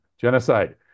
genocide